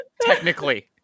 technically